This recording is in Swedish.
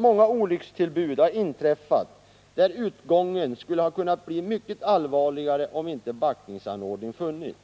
Många olyckstillbud har inträffat, där utgången skulle ha kunnat bli mycket allvarligare om inte backningsanordning funnits.